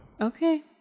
Okay